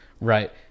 Right